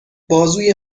بازوی